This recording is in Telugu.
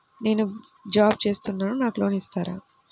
నేను జాబ్ చేస్తున్నాను నాకు లోన్ ఇస్తారా?